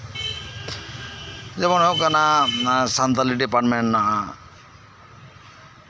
ᱡᱮᱢᱚᱱ ᱦᱩᱭᱩᱜ ᱠᱟᱱᱟ ᱥᱟᱱᱛᱟᱲᱤ ᱰᱤᱯᱟᱨᱴᱢᱮᱱᱴ ᱦᱮᱱᱟᱜᱼᱟ